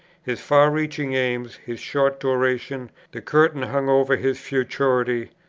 his far-reaching aims, his short duration, the curtain hung over his futurity,